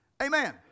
Amen